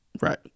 Right